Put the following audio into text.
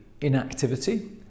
inactivity